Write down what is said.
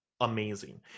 amazing